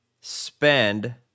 spend